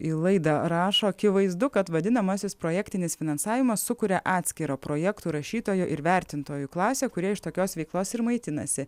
į laidą rašo akivaizdu kad vadinamasis projektinis finansavimas sukuria atskirą projektų rašytojų ir vertintojų klasę kurie iš tokios veiklos ir maitinasi